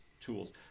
tools